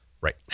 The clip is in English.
Right